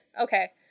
Okay